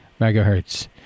megahertz